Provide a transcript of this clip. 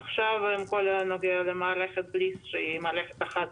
עכשיו עם כל מה שנוגע למערכתBLIS שהיא מערכת אחת